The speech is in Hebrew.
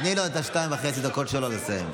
תני לו את שתיים וחצי הדקות שלו לסיים.